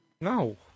No